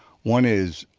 one is,